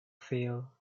fail